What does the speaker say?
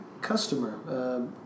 customer